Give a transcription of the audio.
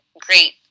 great